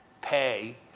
pay